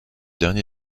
dernier